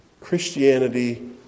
Christianity